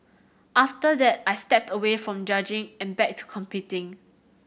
after that I stepped away from judging and back to competing